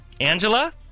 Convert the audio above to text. Angela